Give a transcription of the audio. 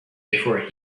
before